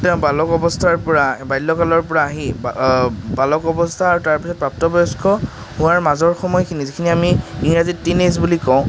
তেওঁ বালক অৱস্থাৰপৰা বাল্য়কালৰপৰা আহি বালক অৱস্থা আৰু তাৰপিছত প্ৰাপ্তবয়স্ক হোৱাৰ মাজৰ সময়খিনি যিখিনি আমি ইংৰাজীত টিন এজ বুলি কওঁ